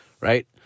right